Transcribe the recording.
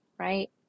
Right